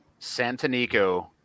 Santanico